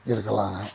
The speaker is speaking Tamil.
இருக்கலாங்க